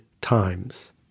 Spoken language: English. times